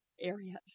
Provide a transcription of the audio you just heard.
areas